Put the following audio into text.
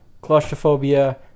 claustrophobia